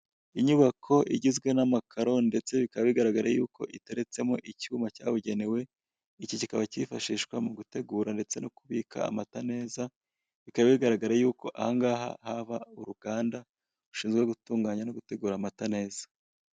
Inyubako igizwe n'amakaro ndetse bikaba bigaragara yuko hateretsemo icyuma cyabugenewe iki kikaba kifashishwa mu gutegura ndetse no kubika amata neza bikaba bigaragara yuko ahangaha haba uruganda rushinzwe gutunganya no gutegura amata neza.